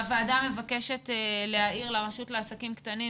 הוועדה מבקשת להעיר לרשות לעסקים קטנים